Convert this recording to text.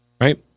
right